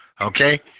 Okay